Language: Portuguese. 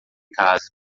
casa